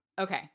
Okay